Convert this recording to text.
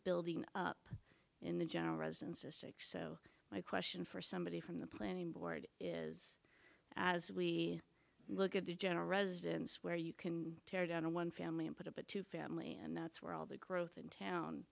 building up in the general residence istic so my question for somebody from the planning board is as we look at the general residence where you can tear down one family and put it to family and that's where all the growth in town